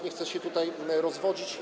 Nie chcę się tutaj rozwodzić.